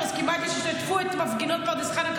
את מסכימה איתי ששטפו את מפגינות פרדס חנה,